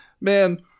man